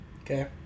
Okay